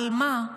אבל מה?